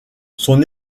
son